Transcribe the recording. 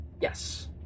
Yes